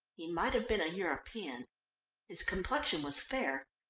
he might have been a european his complexion was fair,